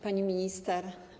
Pani Minister!